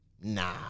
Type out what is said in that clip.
nah